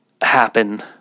happen